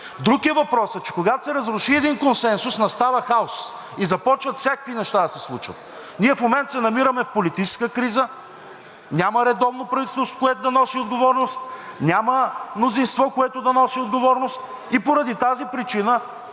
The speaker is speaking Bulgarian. Друг е въпросът, че когато се разруши един консенсус, настава хаос и започват всякакви неща да се случват. Ние в момента се намираме в политическа криза – няма редовно правителство, което да носи отговорност, няма мнозинство, което да носи отговорност, и поради тази причина